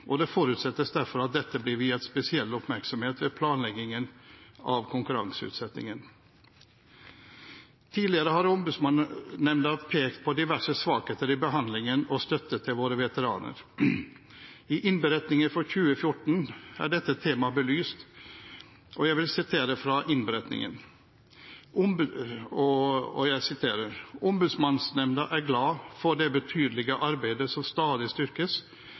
anlegg. Det forutsettes derfor at dette blir viet spesiell oppmerksomhet ved planleggingen av konkurranseutsettingen. Tidligere har Ombudsmannsnemnda pekt på diverse svakheter i behandlingen av og støtten til våre veteraner. I innberetningen for 2014 er dette temaet belyst, og jeg siterer: «Ombudsmannsnemnda er glad for det betydelige arbeidet som stadig styrkes,